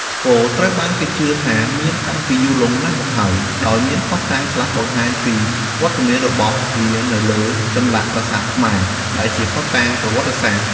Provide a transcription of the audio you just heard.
ស្គរត្រូវបានគេជឿថាមានតាំងពីយូរលង់ណាស់មកហើយ ដោយមានភស្តុតាងខ្លះបង្ហាញពីវត្តមានរបស់វានៅលើចម្លាក់ប្រាសាទខ្មែរ ដែលជាភស្តុតាងប្រវត្តិសាស្ត្រ។